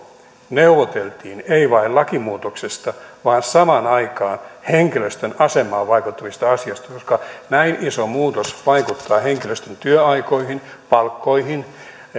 neuvoteltiin ei vain lakimuutoksesta vaan samaan aikaan henkilöstön asemaan vaikuttavista asioista koska näin iso muutos vaikuttaa henkilöstön työaikoihin palkkoihin